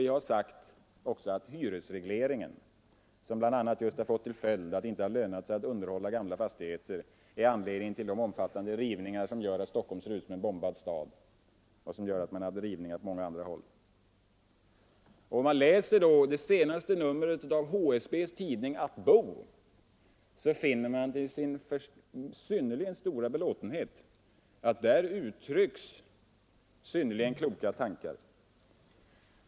Vi har också sagt att hyresregleringen, som bl.a. just har fått till följd att det inte har lönat sig att underhålla gamla fastigheter, är anledningen till de omfattande rivningar som gör att Stockholm ser ut som en bombad stad och som har gjort att man har rivit på många andra håll. I det senaste numret av HSB:s tidning Att bo finner man till sin synnerligen stora belåtenhet att där uttrycks utomordentligt kloka tankar.